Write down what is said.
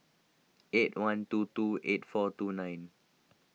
eight one two two eight four two nine